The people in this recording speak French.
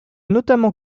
notamment